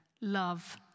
Love